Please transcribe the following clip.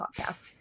podcast